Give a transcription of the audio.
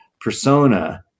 persona